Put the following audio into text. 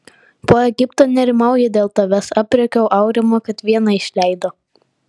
po egipto nerimauju dėl tavęs aprėkiau aurimą kad vieną išleido